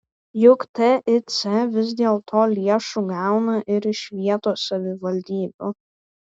juk tic vis dėlto lėšų gauna ir iš vietos savivaldybių